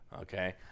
okay